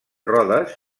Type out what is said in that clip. rodes